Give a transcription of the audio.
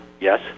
Yes